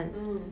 mm